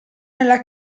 nella